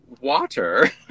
water